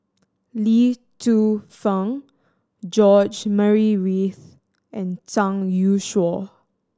Lee Tzu Pheng George Murray Reith and Zhang Youshuo